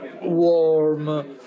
warm